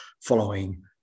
following